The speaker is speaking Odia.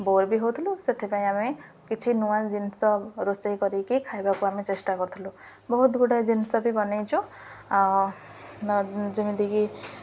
ବୋର ବି ହଉଥିଲୁ ସେଥିପାଇଁ ଆମେ କିଛି ନୂଆ ଜିନିଷ ରୋଷେଇ କରିକି ଖାଇବାକୁ ଆମେ ଚେଷ୍ଟା କରୁଥିଲୁ ବହୁତ ଗୁଡ଼ାଏ ଜିନିଷ ବି ବନାଇଛୁ ଯେମିତିକି